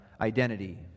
identity